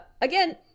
Again